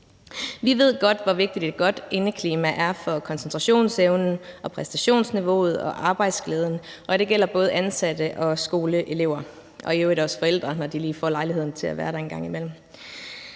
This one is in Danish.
Vi ved godt, hvor vigtigt et godt indeklima er for koncentrationsevnen og præstationsniveauet og arbejdsglæden, og det gælder både de ansatte og skoleeleverne og i øvrigt også forældrene, når de lige får lejligheden til at være der en gang imellem.